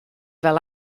fel